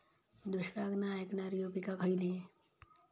दुष्काळाक नाय ऐकणार्यो पीका खयली?